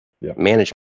Management